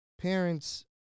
parents